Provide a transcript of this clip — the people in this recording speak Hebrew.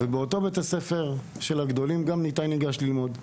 באותו בית הספר שבו למדו הגדולים שלי גם ניתאי ניגש ללמוד,